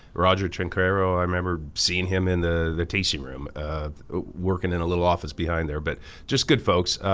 roger trinchero, i remember seeing him in the the casing room working in a little office behind there. but just good folks.